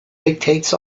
dictates